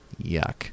yuck